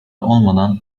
olmadan